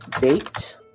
Baked